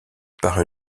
par